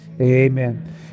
amen